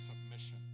submission